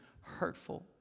hurtful